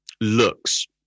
looks